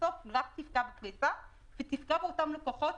שבסוף רק תפגע בפריסה ובאותם לקוחות,